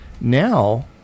Now